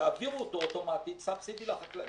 יעבירו אותו אוטומטית סובסידיה לחקלאים.